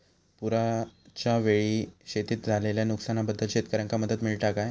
पुराच्यायेळी शेतीत झालेल्या नुकसनाबद्दल शेतकऱ्यांका मदत मिळता काय?